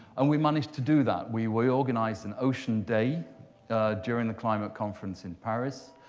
and we managed to do that. we we organized an ocean day during the climate conference in paris.